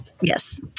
Yes